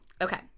okay